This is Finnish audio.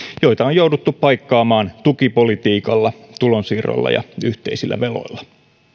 joita on jouduttu paikkaamaan tukipolitiikalla tulonsiirroilla ja yhteisillä veloilla